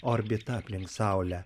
orbita aplink saulę